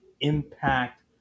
impact